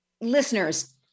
Listeners